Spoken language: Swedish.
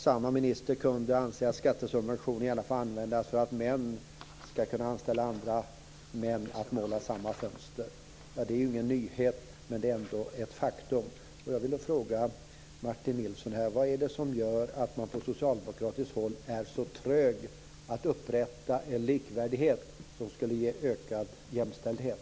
Samma minister ansåg också att skattesubventioner gärna får användas för att män skall kunna anställa andra män för att måla samma fönster. Det är ingen nyhet, men det är ändå ett faktum. Jag vill fråga Martin Nilsson: Vad är det som gör att man från socialdemokratiskt håll är så trög att upprätta en likvärdighet som skulle ge ökad jämställdhet?